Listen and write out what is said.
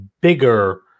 bigger